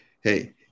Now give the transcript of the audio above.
hey